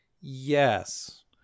yes